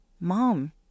Mom